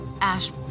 Ash